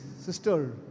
Sister